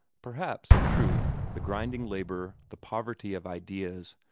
perhaps, in truth, the grinding labor, the poverty of ideas,